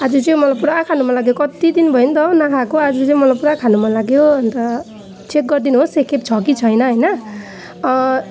आज चाहिँ मलाई पुरा खानु मन लाग्यो कति दिन भयो नि त हो नखाएको आज चाहिँ मलाई पुरा खानु मन लाग्यो अन्त चेक गरिदिनुहोस् एकखेप छ कि छैन होइन